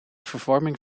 vervorming